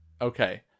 Okay